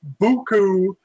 buku